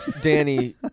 danny